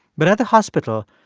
but at the hospital,